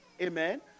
amen